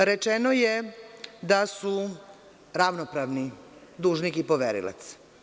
Rečeno je da su ravnopravni dužnik i poverilac.